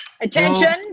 attention